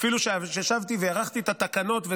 אפילו שישבתי והארכתי את התקנות,